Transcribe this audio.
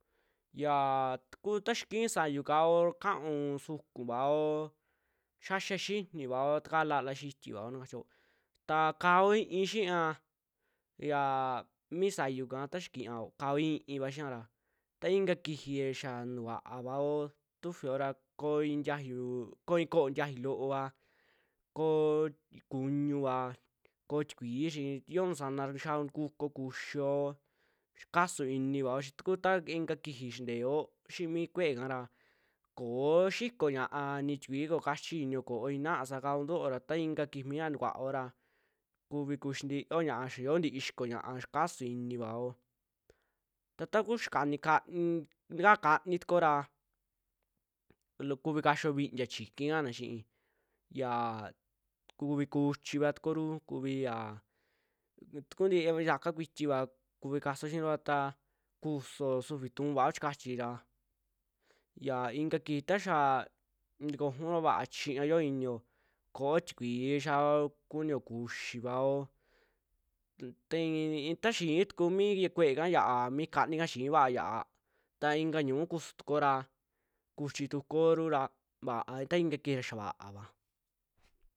Yaa takuu xiaa ki'i saayu kaao un kauu sukuvao, xiaxia xiinivao, takaa laala xitiovao na kachio, ta ka'ao i'ií xia yaa mi saayu kaa ta xaa kiiao, kaao i'ií va xiaara ta ika kiji xaa ntu'uva vaao tufio ra koo i'i ntiaayu u, koo i'i ko'ó loova, koo kuñuuva koo tikuii chi yoo nusana ra kixiaao kukuo kuxiyo chi kasuu inivaao chita kuu ikaa kijii xinteo xii mi kuu'e kara ko'o xiko ñaa'a no tikui koo kachi inio ko'óo ina'a sakao ntuoo ra, ta ika kijii mia ntukuaao ra kuvi kuxiintio ñaa'a xiaa yoo ntii xiko ñaa'a, xaa kasuu inivao ta takuu xaa kan- n takaa kanii tukuora kuvi kaxioo vintiaa chikii kaana xi'i yaa kuvi kuchiiva tukuoru, kuvii yaa ntuku ntii yaka kuitiva kuvi kasaao xiiru ra ataa kusuo suvii tuu vaao chikachi ra, yaa ika kixii ta xaa ntukojuun vaa chiiña yioo iniyo ko'o tikuii xiaao kunio kuxivao ntai i taa xi'í tuku mi ya kue'e ya'á mi kaniika xiiva'a ya'á ta ika ñu'u kusutukuo ra kuchi tukuorura va'a ta ika kixii xia vaava.